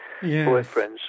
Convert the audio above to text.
boyfriends